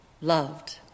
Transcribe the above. loved